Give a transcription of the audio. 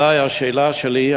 אזי השאלה שלי,